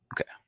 Okay